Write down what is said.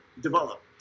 develop